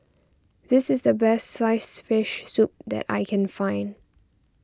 this is the Best Sliced Fish Soup that I can find